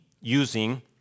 using